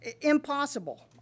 impossible